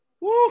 Woo